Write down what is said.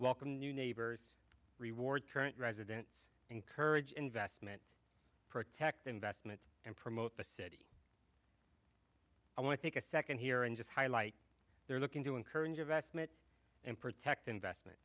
welcome new neighbors reward current residents encourage investment protect investment and promote the city i want to take a second here and just highlight there looking to encourage investment and protect investment